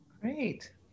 Great